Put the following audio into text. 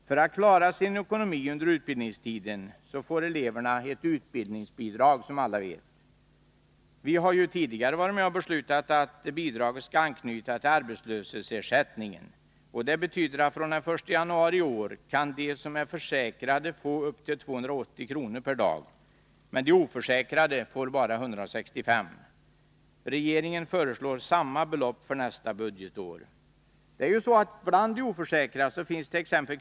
För att klara sin ekonomi under utbildningstiden får eleverna, som alla vet, ett utbildningsbidrag. Vi har ju tidigare varit med om att besluta att bidraget skall anknytas till arbetslöshetsersättningen. Det betyder att från den 1 januari i år kan de som är försäkrade få upp till 280 kr. per dag, medan de oförsäkrade får bara 165 kr. Regeringen föreslår samma belopp för nästa budgetår. Bland de oförsäkrade finns dett.ex.